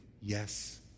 Yes